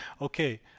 Okay